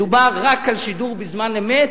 מדובר רק על שידור בזמן אמת,